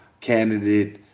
Candidate